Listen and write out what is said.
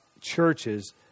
churches